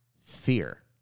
fear